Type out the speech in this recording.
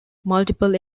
multiple